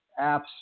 apps